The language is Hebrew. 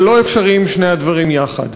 אבל לא אפשריים שני הדברים יחד.